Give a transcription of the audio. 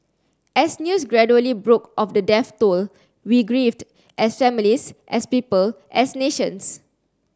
as news gradually broke of the death toll we grieved as families as people as nations